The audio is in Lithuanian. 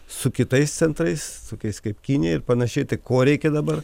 su kitais centrais tokiais kaip kinija ir panašiai tai ko reikia dabar